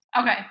Okay